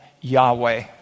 Yahweh